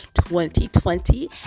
2020